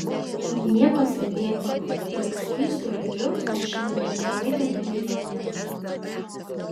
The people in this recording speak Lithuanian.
nieko stebėtino jog skystu heliu aušinami labai galingi magnetai